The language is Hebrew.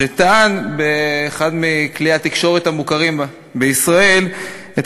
שטען באחד מכלי התקשורת המוכרים בישראל את